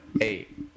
eight